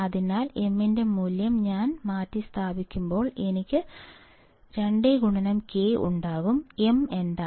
അതിനാൽ m ന്റെ മൂല്യം ഞാൻ മാറ്റിസ്ഥാപിക്കുമ്പോൾ എനിക്ക് 2K ഉണ്ടാകും m എന്താണ്